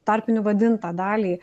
tarpiniu vadintą dalį